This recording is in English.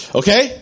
okay